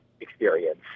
experience